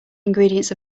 ingredients